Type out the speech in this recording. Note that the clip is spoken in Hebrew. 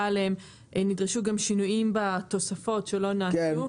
עליהם נדרשו גם שינויים בתוספות שלא נעשו.